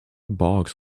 barks